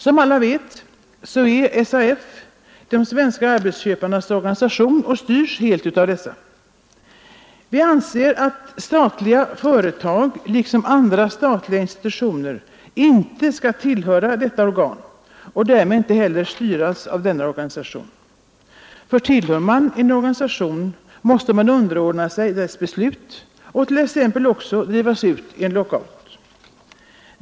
Som alla vet är SAF de svenska arbetsköparnas organisation och styrs helt av dessa. Vi anser att statliga företag liksom andra statliga institutioner inte skall tillhöra detta organ och därmed inte heller styras av denna organisation. Tillhör man en sådan organisation måste man underordna sig dess beslut och t.ex. drivas ut i en lockout.